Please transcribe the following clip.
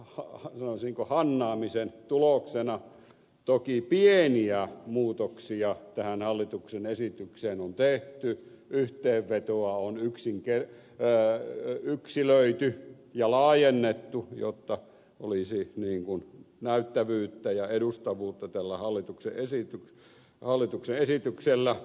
tämän sanoisinko hannaamisen tuloksena toki pieniä muutoksia tähän hallituksen esitykseen on tehty yhteenvetoa on yksilöity ja laajennettu jotta olisi niin kuin näyttävyyttä ja edustavuutta tällä hallituksen esityksellä